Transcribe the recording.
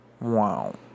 wow